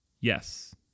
Yes